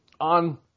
on